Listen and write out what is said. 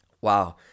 Wow